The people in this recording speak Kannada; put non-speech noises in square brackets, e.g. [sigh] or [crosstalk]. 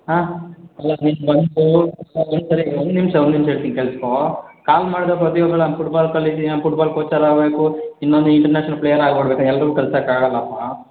ಹಾಂ ಅಲ್ಲ ನೀನು ಬಂದು [unintelligible] ಒಂದು ನಿಮಿಷ ಒಂದು ನಿಮಿಷ ಹೇಳ್ತೀನಿ ಕೆಳಿಸ್ಕೋ ಕಾಲ್ ಮಾಡಿ ಪ್ರತಿಯೊಬ್ಬರೂ ನಾನು ಫುಟ್ಬಾಲ್ ಕಲೀತ್ತೀನಿ ನಾನು ಫುಟ್ಬಾಲ್ ಕೋಚರ್ ಆಗಬೇಕು ಇನ್ನೊಂದು ಇಂಟರ್ನ್ಯಾಷನಲ್ ಪ್ಲೇಯರ್ ಆಗ್ಬಿಡಬೇಕು ಅಂದರೆ ಎಲ್ಲರಿಗೂ ಕಲಿಸೋಕೆ ಆಗಲ್ಲಪ್ಪ